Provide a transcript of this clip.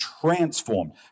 transformed